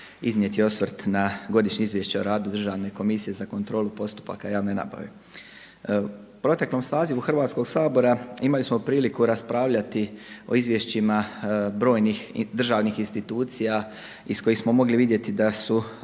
iznijeti osvrt na Godišnje izvješće o radu Državne komisije za kontrolu postupaka javne nabave. U proteklom sazivu Hrvatskoga sabora imali smo priliku raspravljati o izvješćima brojnih državnih institucija iz kojih smo mogli vidjeti da su